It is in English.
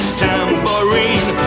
tambourine